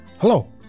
Hello